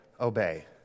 obey